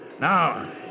Now